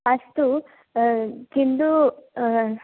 अस्तु किन्तु